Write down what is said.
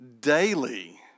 daily